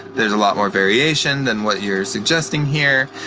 there's a lot more variation than what you're suggesting here.